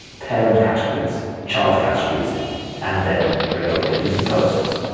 parent categories, child categories and then regular pages and posts.